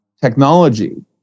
technology